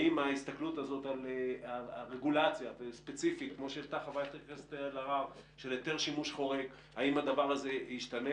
להסביר לנו האם הרגולציה על היטל שימוש חורג תשתנה.